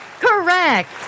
Correct